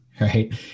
right